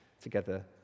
together